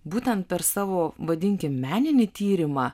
būtent per savo vadinkim meninį tyrimą